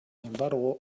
embargo